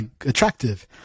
attractive